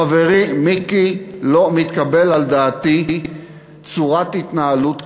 חברי מיקי: לא מתקבלת על דעתי צורת התנהלות כזו.